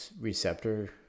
receptor